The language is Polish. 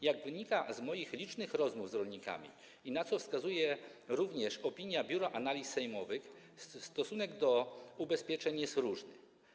Jak wynika z moich licznych rozmów z rolnikami i na co wskazuje również opinia Biura Analiz Sejmowych, stosunek do ubezpieczeń jest różny.